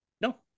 No